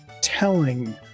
telling